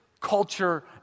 culture